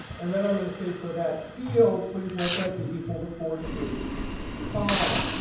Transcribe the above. and then i'm going to say for that field please let that be equal to forty three comma.